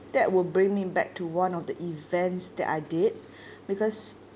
that would bring me back to one of the events that I did because